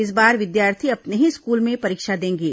इस बार विद्यार्थी अपने ही स्कूल में परीक्षा देंगे